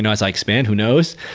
and as i expand. who knows?